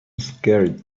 scared